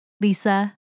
Lisa